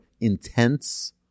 intense